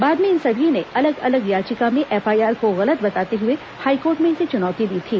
बाद में इन सभी ने अलग अलग याचिका में एफआईआर को गलत बताते हुए हाईकोर्ट में इसे चुनौती दी थी